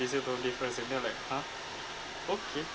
this year birthday present then I'm like !huh! okay